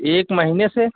एक महीने से